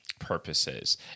purposes